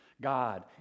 God